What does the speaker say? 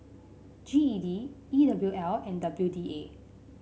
G E D E W L and W D A